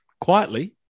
quietly